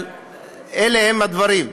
אבל אלה הם הדברים.